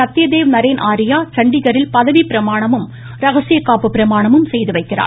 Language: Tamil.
சத்யதேவ் நரேன் ஆரியா சண்டிகரில் பதவி பிரமாணமும் ரகசிய காப்பு பிரமாணமும் செய்து வைக்கிறார்